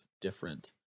different